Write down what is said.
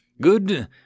Good